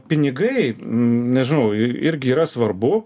pinigai nežinau irgi yra svarbu